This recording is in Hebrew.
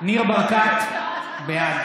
(קורא בשמות חברי הכנסת) קרן ברק, בעד